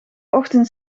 ochtend